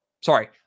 Sorry